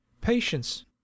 Patience